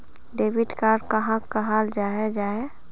Debit card कहाक कहाल जाहा जाहा?